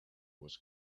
was